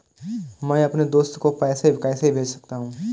मैं अपने दोस्त को पैसे कैसे भेज सकता हूँ?